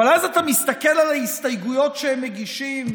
אבל אז אתה מסתכל על ההסתייגויות שהם מגישים,